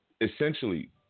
essentially